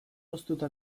hoztuta